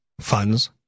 funds